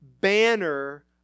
banner